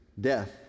death